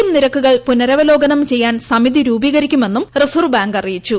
M നിരക്കുകൾ പുനരവലോകനം ചെയ്യാൻ സമിതി രൂപീകരിക്കുമെന്നും റിസർവ് ബാങ്ക് അറിയിച്ചു